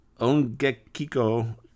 Ongekiko